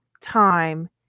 time